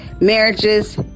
marriages